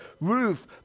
Ruth